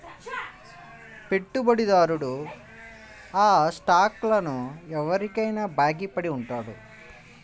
పెట్టుబడిదారుడు ఆ స్టాక్లను ఎవరికైనా బాకీ పడి ఉంటాడు